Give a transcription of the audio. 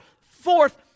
Fourth